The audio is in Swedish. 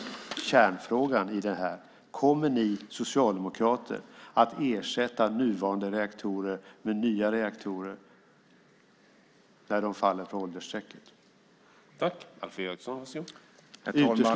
kärnfrågan i detta. Kommer ni socialdemokrater att ersätta nuvarande reaktorer med nya reaktorer när de faller för åldersstrecket? Utesluter du det?